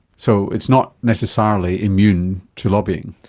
so it's not necessarily immune to lobbying.